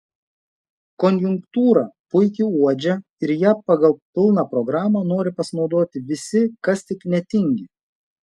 konjunktūrą puikiai uodžia ir ja pagal pilną programą nori pasinaudoti visi kas tik netingi